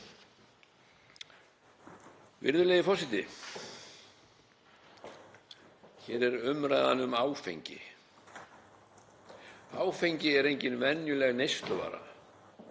Virðulegi forseti. Hér er umræðan um áfengi. Áfengi er engin venjuleg neysluvara.